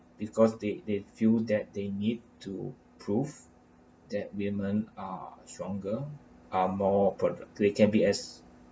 because they they feel that they need to prove that women are stronger are more prod~ they can be as